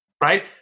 right